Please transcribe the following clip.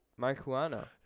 marijuana